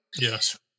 Yes